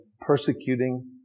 persecuting